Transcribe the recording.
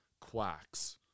quacks